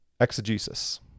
exegesis